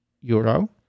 euro